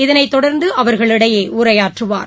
இதை தொடர்ந்து அவர்களிடையே உரையாற்றுவார்